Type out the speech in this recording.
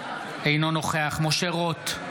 אינו נוכח משה רוט,